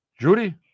Judy